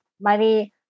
money